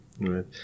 Right